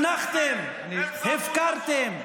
12 שנים הזנחתם את המשטרה,